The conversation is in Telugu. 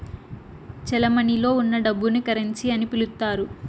చెలమణిలో ఉన్న డబ్బును కరెన్సీ అని పిలుత్తారు